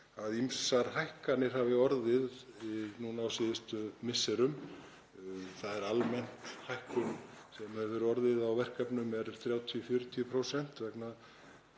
að ýmsar hækkanir hafi orðið núna á síðustu misserum. Almenn hækkun sem hefur orðið á verkefnum er 30–40% vegna,